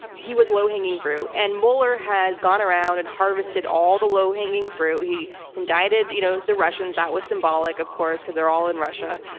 he was low hanging fruit. and mueller has gone around and harvested all the low hanging fruit. he indicted, you know, the russians. that was symbolic of course because they're all in russia.